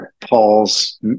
paul's